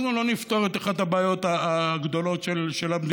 אנחנו לא נפתור את אחת הבעיות הגדולות של המדינה.